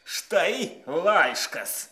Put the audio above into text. štai laiškas